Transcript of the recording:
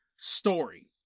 story